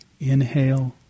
Inhale